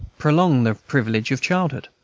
prolong the privilege of childhood.